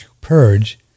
purge